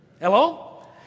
Hello